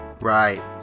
right